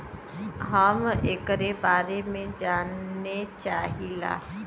हम एकरे बारे मे जाने चाहीला?